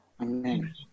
amen